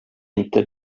inte